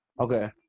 Okay